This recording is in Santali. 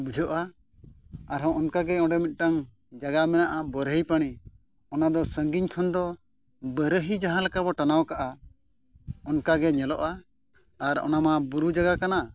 ᱵᱩᱡᱷᱟᱹᱜᱼᱟ ᱟᱨ ᱦᱚᱸ ᱚᱱᱠᱟᱜᱮ ᱚᱸᱰᱮ ᱤᱫᱴᱟᱝ ᱡᱟᱭᱜᱟ ᱢᱮᱱᱟᱜᱼᱟ ᱵᱳᱨᱦᱳᱭ ᱯᱟᱱᱤ ᱚᱱᱟᱫᱚ ᱥᱟᱺᱜᱤᱧ ᱠᱷᱚᱱ ᱫᱚ ᱵᱟᱨᱟᱦᱤ ᱡᱟᱦᱟᱸ ᱞᱮᱠᱟ ᱵᱚᱱ ᱴᱟᱱᱟᱣ ᱠᱟᱜᱼᱟ ᱚᱱᱠᱟᱜᱮ ᱧᱮᱞᱚᱜᱼᱟ ᱟᱨ ᱚᱱᱟ ᱢᱟ ᱵᱩᱨᱩ ᱡᱟᱭᱜᱟ ᱠᱟᱱᱟ